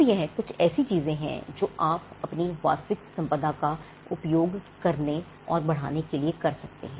अब यह कुछ ऐसी चीजें हैं जो आप अपनी वास्तविक संपदा का प्रयोग करने और बढ़ाने के लिए कर सकते हैं